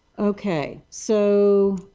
okay. so,